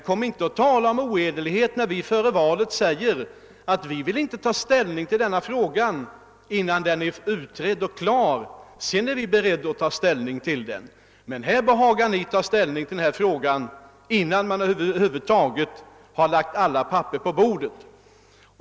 Kom inte och tala om ohederlighet när vi före valet säger att vi inte vill ta ställning till denna fråga innan den är utredd och klar, men sedan är vi beredda att göra det! Här behagar ni ta ställning innan man över huvud taget har lagt alla papper på bordet.